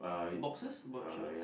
boxers bob shorts